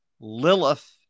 Lilith